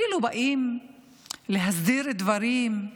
כאילו באים להסדיר דברים,